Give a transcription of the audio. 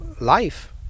life